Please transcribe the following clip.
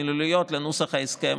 מילוליות, לנוסח ההסכם.